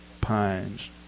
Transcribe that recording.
pines